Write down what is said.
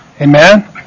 Amen